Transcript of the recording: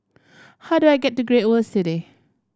how do I get to Great World City